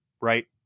right